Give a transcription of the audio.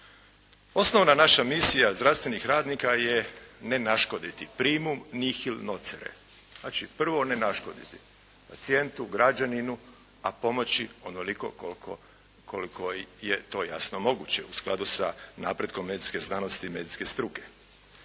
Osnovna naša misija zdravstvenih radnika je ne naškoditi … /Ne razumije se./ … znači prvo ne naškoditi pacijentu, građaninu, a pomoći onoliko koliko je to jasno moguće u skladu sa napretkom medicinske znanosti i medicinske struke.